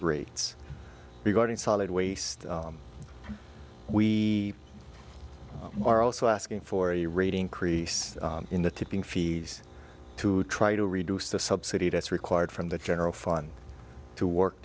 rates regarding solid waste we are also asking for a rate increase in the tipping fees to try to reduce the subsidy that's required from the general fund to work